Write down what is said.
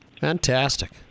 fantastic